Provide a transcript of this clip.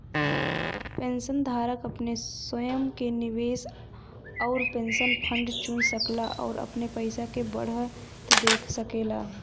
पेंशनधारक अपने स्वयं क निवेश आउर पेंशन फंड चुन सकला आउर अपने पइसा के बढ़त देख सकेला